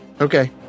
Okay